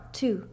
two